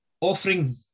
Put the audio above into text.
offering